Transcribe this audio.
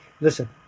listen